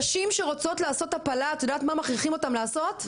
נשים שרוצות לעשות הפלה את יודעת מה מכריחים אותם לעשות?